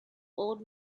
old